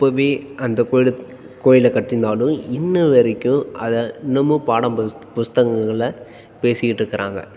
அப்போவே அந்தக் கோவில கோவில கட்டிருந்தாலும் இன்று வரைக்கும் அதை இன்னுமும் பாடம் புஸ் புத்தககங்கள்ல பேசிக்கிட்டு இருக்கிறாங்க